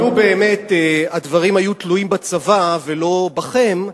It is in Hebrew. אני רוצה להגיד שלו באמת הדברים היו תלויים בצבא ולא בכם,